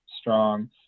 strong